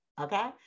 Okay